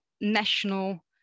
national